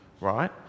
right